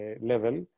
level